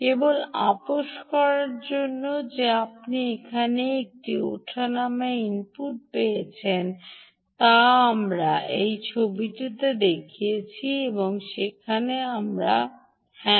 কেবল আপস করার জন্য যে আপনি এখানে একটি ওঠানাময় ইনপুট পেয়েছেন যা আমরা এই ছবিতে দেখিয়েছি যেখানে আমরা হ্যাঁ